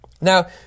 now